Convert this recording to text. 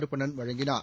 கருப்பணன் வழங்கினார்